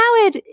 Howard